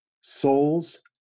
souls